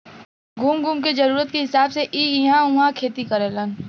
घूम घूम के जरूरत के हिसाब से इ इहां उहाँ खेती करेलन